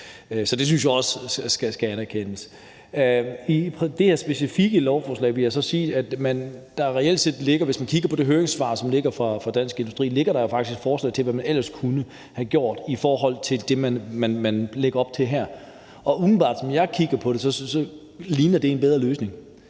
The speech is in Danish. så det synes jeg også skal anerkendes. I forhold til det her specifikke lovforslag vil jeg så sige at der reelt set, hvis man kigger på det høringssvar, som ligger fra Dansk Industri, faktisk ligger et forslag til, hvad man ellers kunne have gjort i forhold til det, man lægger op til her. Umiddelbart, som jeg ser det, ligner det en bedre løsning